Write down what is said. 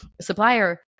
supplier